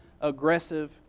aggressive